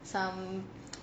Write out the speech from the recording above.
some